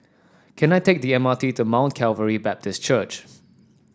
can I take the M R T to Mount Calvary Baptist Church